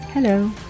Hello